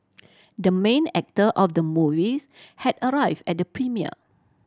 the main actor of the movies had arrived at the premiere